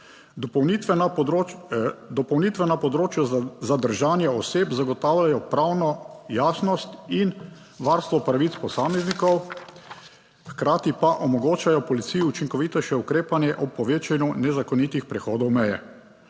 dopolnitve na področju zadržanja oseb zagotavljajo pravno jasnost in varstvo pravic posameznikov, hkrati pa omogočajo policiji učinkovitejše ukrepanje ob povečanju nezakonitih prehodov meje.